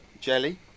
Jelly